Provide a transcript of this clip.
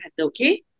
okay